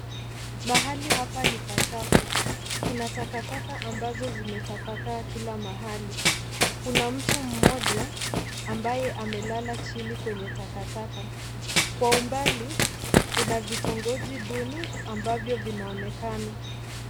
Mahali hapa ni pachafu. Kuna takataka ambazo zimetapakaa kila mahali. Kuna mtu mmoja ambaye amelala chini kwenye takataka kwa umbali kuna vitongoji duni ambavyo vinaonekana.